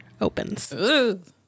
opens